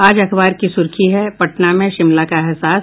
आज अखबार की सुर्खी है पटना में शिमला का एहसास